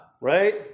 right